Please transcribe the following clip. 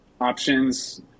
options